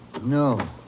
No